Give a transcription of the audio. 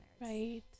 right